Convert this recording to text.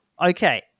Okay